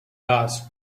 asked